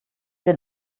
den